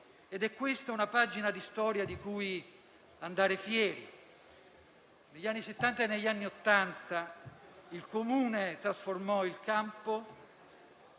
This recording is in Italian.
Ed è questa una pagina di storia di cui andare fieri. Negli anni Settanta e Ottanta, il Comune trasformò il campo,